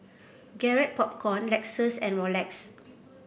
Garrett Popcorn Lexus and Rolex